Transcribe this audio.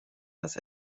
dass